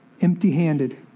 empty-handed